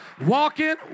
Walking